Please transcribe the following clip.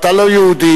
ואתה לא יהודי,